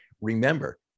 remember